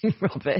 Robert